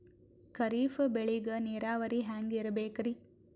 ಖರೀಫ್ ಬೇಳಿಗ ನೀರಾವರಿ ಹ್ಯಾಂಗ್ ಇರ್ಬೇಕರಿ?